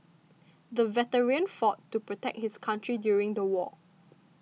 the veteran fought to protect his country during the war